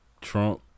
Trump